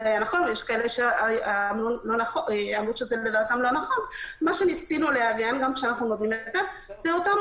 היה נכון ויש כאלה שאמרו שלדעתם זה לא נכון זה אותם